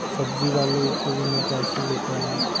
सब्ज़ी वाले को भी मैं कैश ही देता हूँ